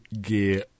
Gear